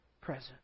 present